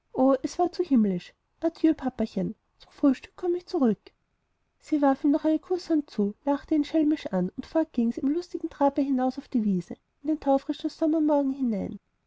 es war zu himmlisch adieu papachen zum frühstück komm ich zurück sie warf ihm noch eine kußhand zu lachte ihn schelmisch an und fort ging's im lustigen trabe hinaus auf die wiese in den taufrischen sommermorgen hinein